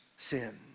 sin